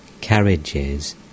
carriages